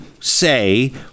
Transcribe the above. say